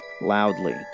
loudly